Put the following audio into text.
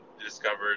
discovered